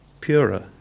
purer